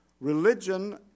Religion